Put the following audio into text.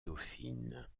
dauphine